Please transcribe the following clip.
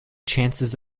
chances